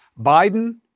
Biden